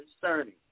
concerning